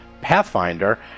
Pathfinder